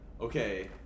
okay